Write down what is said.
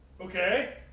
Okay